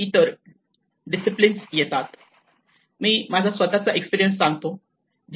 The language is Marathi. मी माझा स्वतःचा एक्सपिरीयन्स सांगतो